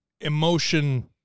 emotion